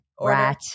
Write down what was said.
rat